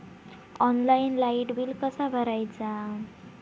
Online light bill कसा भरायचा?